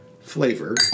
flavor